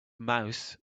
mouse